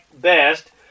best